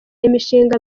imishinga